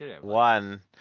one